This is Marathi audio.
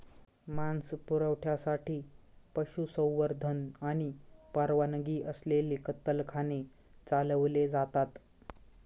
मांस पुरवठ्यासाठी पशुसंवर्धन आणि परवानगी असलेले कत्तलखाने चालवले जातात